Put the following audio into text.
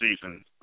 season